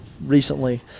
Recently